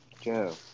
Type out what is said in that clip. Joe